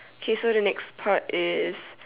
okay so the next part is